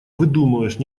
выдумываешь